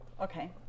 Okay